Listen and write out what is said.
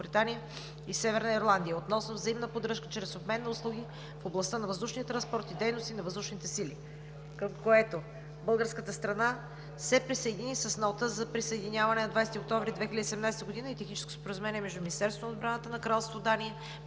българската страна се присъедини с нота за присъединяване на 20 октомври 2017 г., и Техническо споразумение между Министерството на отбраната на кралство Дания,